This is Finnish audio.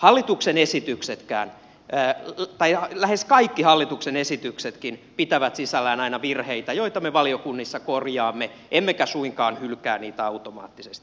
hallituksen esityksetkin tai lähes kaikki hallituksen esityksetkin pitävät sisällään aina virheitä joita me valiokunnissa korjaamme emmekä suinkaan hylkää niitä automaattisesti